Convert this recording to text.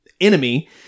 enemy